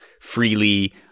freely